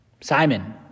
Simon